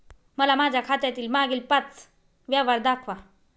मला माझ्या खात्यातील मागील पांच व्यवहार दाखवा